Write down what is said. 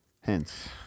Hence